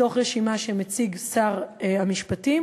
מתוך רשימה שמציג שר המשפטים,